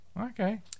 Okay